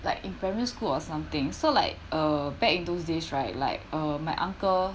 like in primary school or something so like uh back in those days right like uh my uncle